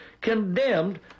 condemned